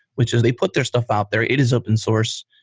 which is they put their stuff out there. it is open source,